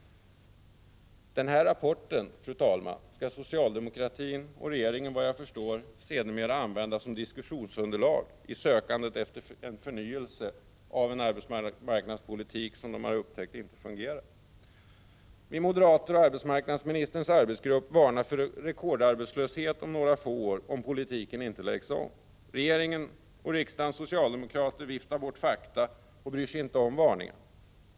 Den här rapporten, fru talman, skall socialdemokraterna och regeringen såvitt jag förstår sedermera använda som diskussionsunderlag i sökandet efter förnyelse av den arbetsmarknadspolitik som de upptäckt inte fungerar. Vi moderater och arbetsmarknadsministerns arbetsgrupp varnar för rekordarbetslöshet om några få år om politiken inte läggs om. Regeringen och riksdagens socialdemokrater viftar bort fakta och bryr sig inte om varningen.